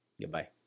Goodbye